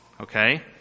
okay